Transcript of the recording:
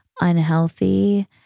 unhealthy